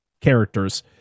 characters